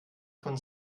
vom